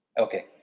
Okay